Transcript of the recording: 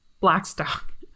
Blackstock